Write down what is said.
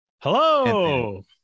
Hello